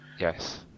Yes